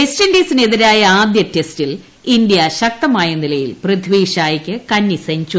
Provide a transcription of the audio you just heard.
west ഇൻഡീസിനെതിരായ ആദ്യ ടെസ്റ്റിൽ ഇന്ത്യ ശക്തമായ നിലയിൽ പൃഥിഷായ്ക്ക് കന്നി സെഞ്ചുറി